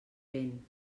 vent